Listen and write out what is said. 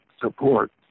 support